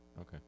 Okay